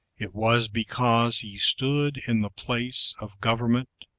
it was because he stood in the place of government,